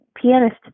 Pianist